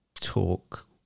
talk